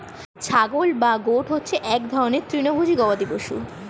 ছাগল বা গোট হচ্ছে এক রকমের তৃণভোজী গবাদি পশু